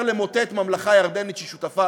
למוטט את הממלכה הירדנית שהיא שותפה